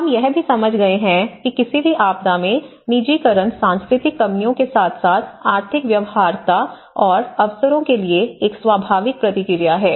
हम यह भी समझ गए हैं कि किसी भी आपदा में निजीकरण सांस्कृतिक कमियों के साथ साथ आर्थिक व्यवहार्यता और अवसरों के लिए एक स्वाभाविक प्रतिक्रिया है